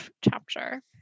chapter